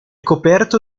coperto